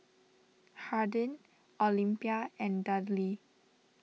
Harding Olympia and Dudley